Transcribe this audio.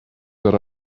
that